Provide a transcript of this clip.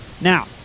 Now